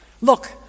Look